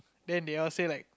then they all say like